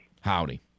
Howdy